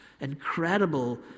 incredible